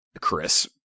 chris